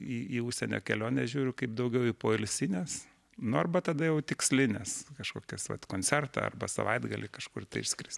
į į užsienio keliones žiūriu kaip daugiau į poilsines nu arba tada jau tikslines kažkokias vat koncertą arba savaitgalį kažkur išskrist